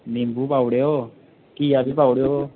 नींबू पाई ओड़ेओ घिया बी पाई ओड़ेओ